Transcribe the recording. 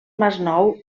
masnou